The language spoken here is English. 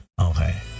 Okay